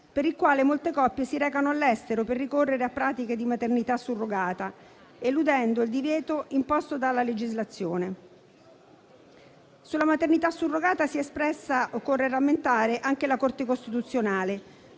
per il quale molte coppie si recano all'estero per ricorrere a pratiche di maternità surrogata eludendo il divieto imposto dalla legislazione. Sulla maternità surrogata occorre rammentare che si è espressa anche la Corte costituzionale